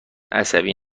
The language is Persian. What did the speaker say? عصبی